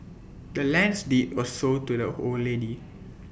the land's deed was sold to the old lady